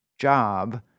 job